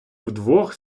вдвох